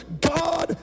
God